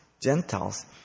Gentiles